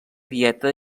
dieta